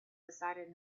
decided